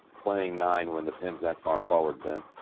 playing nine when the pins that far forward ben.